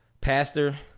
pastor